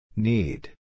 Need